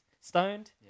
Stoned